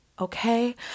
okay